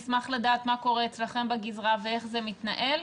נשמח לדעת מה קורה אצלכם בגזרה ואיך זה מתנהל,